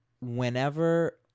whenever